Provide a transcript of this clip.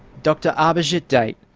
dr ahbijit date,